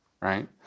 right